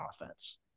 offense